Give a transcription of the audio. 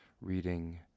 reading